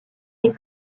est